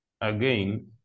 again